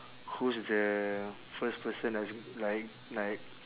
who's the first person that's like like